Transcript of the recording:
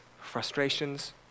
frustrations